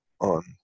on